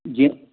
जीअं